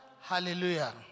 Hallelujah